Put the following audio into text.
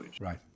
right